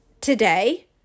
today